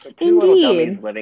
Indeed